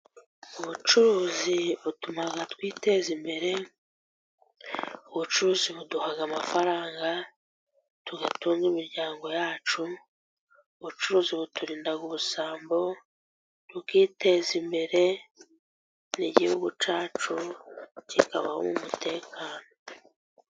Ubucuruzi butuma twiteza imbere, ubucuruzi buduhaha amafaranga tugatunga imiryango yacu ,ubucuruzi buturinda ubusambo ,tukiteza imbere n'igihugu cyacu kikaba mu mutekano.